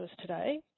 today